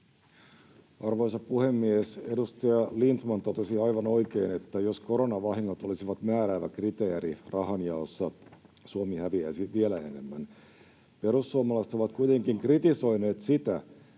Arvoisa puhemies! Edustaja Lindtman totesi aivan oikein, että jos koronavahingot olisivat määräävä kriteeri rahanjaossa, Suomi häviäisi vielä enemmän. Perussuomalaiset ovat kuitenkin kritisoineet sitä,